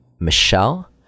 Michelle